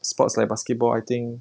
sports like basketball I think